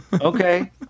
okay